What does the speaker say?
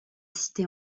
cité